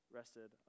rested